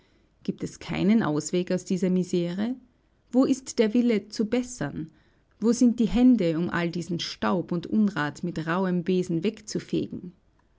gibt es keinen ausweg aus dieser misere wo ist der wille zu bessern wo sind die hände um all diesen staub und unrat mit rauhem besen wegzufegen